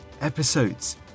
episodes